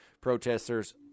Protesters